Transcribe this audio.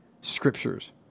scriptures